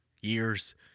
years